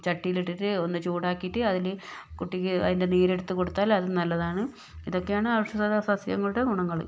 ചട്ടിലിട്ടിട്ട് ഒന്ന് ചൂടാക്കിട്ട് അതില് കുട്ടിക്ക് അതിൻ്റെ നീരെടുത്ത് കൊടുത്താൽ അത് നല്ലതാണ് ഇതൊക്കെയാണ് ഔഷധസസ്യങ്ങളുടെ ഗുണങ്ങള്